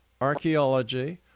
archaeology